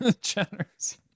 Generous